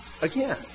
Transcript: Again